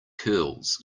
curls